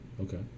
Okay